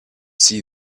see